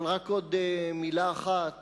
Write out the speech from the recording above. אבל רק עוד מלה אחת